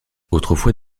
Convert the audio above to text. autrefois